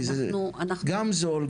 כי זה גם זול,